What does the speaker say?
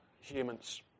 Humans